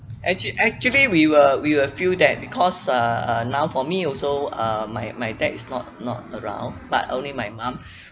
actua~ actually we will we will feel that because uh uh now for me also uh my my dad is not not around but only my mum